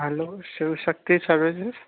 हलो Shiv Shakti services